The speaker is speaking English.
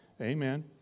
Amen